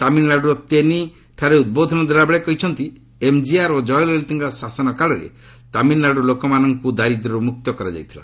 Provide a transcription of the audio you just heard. ତାମିଲ୍ନାଡୁର ତେନି ଉଦ୍ବୋଦନ ଦେଲାବେଳେ କହିଛନ୍ତି ଏମ୍ଜିଆର୍ ଓ ଜୟଲଳିତାଙ୍କ ଶାସନ କାଳରେ ତାମିଲ୍ନାଡୁର ଲୋକମାନଙ୍କୁ ଦାରିଦ୍ର୍ୟରୁ ମୁକ୍ତ କରାଯାଇଥିଲା